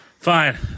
Fine